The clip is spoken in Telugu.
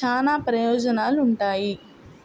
చానా ప్రయోజనాలుంటాయి